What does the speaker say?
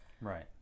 Right